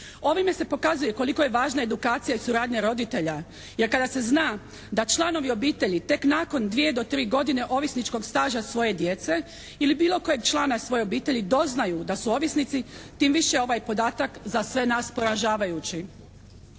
Ovime se pokazuje koliko je važna edukacija i suradnja roditelja jer kada se zna da članovi obitelji tek nakon dvije do tri godine ovisničkog staža svoje djece ili bilo kojeg člana svoje obitelji doznaju da su ovisnici tim više je ovaj podatak za sve nas poražavajući.